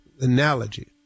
analogy